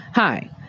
Hi